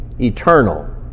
eternal